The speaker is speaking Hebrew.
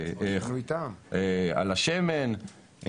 השמן,